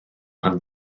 pan